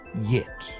yet.